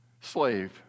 slave